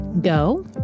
Go